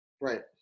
Right